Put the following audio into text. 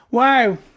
wow